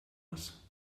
muss